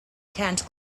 canned